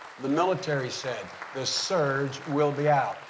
the military said, the surge will be out.